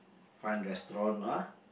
find restaurant ah